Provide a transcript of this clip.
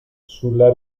sulla